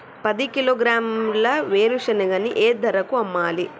పది కిలోగ్రాముల వేరుశనగని ఏ ధరకు అమ్మాలి?